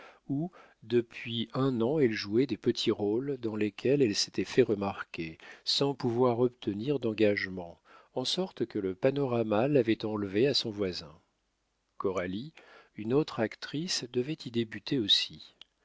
où depuis un an elle jouait des petits rôles dans lesquels elle s'était fait remarquer sans pouvoir obtenir d'engagement en sorte que le panorama l'avait enlevée à son voisin coralie une autre actrice devait y débuter aussi